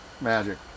magic